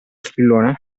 spillone